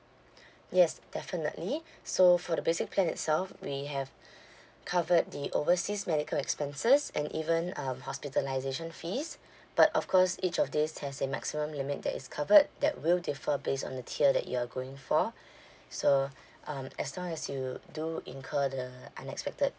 yes definitely so for the basic plan itself we have covered the overseas medical expenses and even uh hospitalisation fees but of course each of these has a maximum limit that is covered that will differ based on the tier that you're going for so um as long as you do incur the unexpected